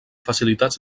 facilitats